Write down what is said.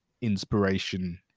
inspiration